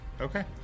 Okay